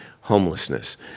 homelessness